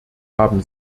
haben